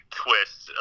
twist